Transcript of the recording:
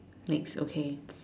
next okay